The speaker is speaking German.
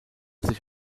sich